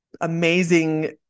amazing